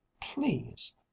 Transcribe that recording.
please